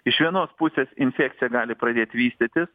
iš vienos pusės infekcija gali pradėt vystytis